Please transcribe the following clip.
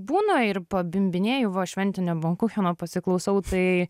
būna ir pabimbinėju va šventinio bankucheno pasiklausau tai